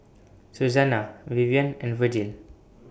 Suzanna Vivian and Vergil